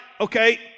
okay